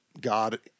God